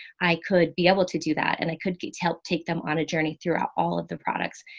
i could be able to do that and it could be to help take them on a journey throughout all of the products.